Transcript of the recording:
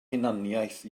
hunaniaeth